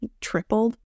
tripled